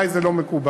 עלי זה לא מקובל,